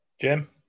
Jim